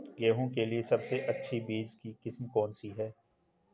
गेहूँ के लिए सबसे अच्छी बीज की किस्म कौनसी है?